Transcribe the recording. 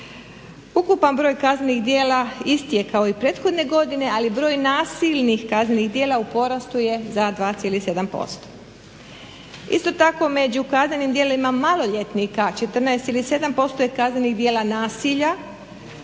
Ukupan broj kaznenih djela isti je kao i prethodne godine, ali broj nasilnih kaznenih djela u porastu je za 2,7%. Isto tako među kaznenim djelima maloljetnika 14,7% je kaznenih djela nasilja